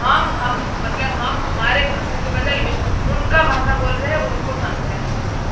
हम हम मतलब हम हमारे भाषा के बदल में उनका भाषा बोल रहे उनको समझाने के लिए